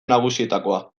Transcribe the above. nagusietakoa